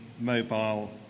mobile